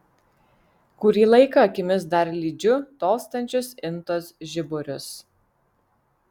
kurį laiką akimis dar lydžiu tolstančius intos žiburius